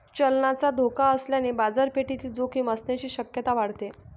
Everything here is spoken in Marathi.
चलनाचा धोका असल्याने बाजारपेठेतील जोखीम असण्याची शक्यता वाढते